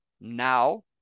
now